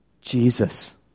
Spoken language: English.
Jesus